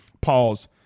Pause